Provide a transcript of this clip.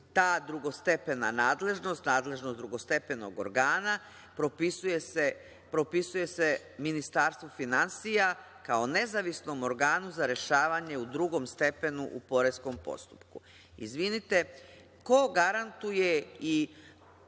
ta drugostepena nadležnost, nadležnost drugostepenog organa propisuje se Ministarstvu finansija kao nezavisnom organu za rešavanje u drugom stepenu u poreskom postupku. Izvinite, ko garantuje i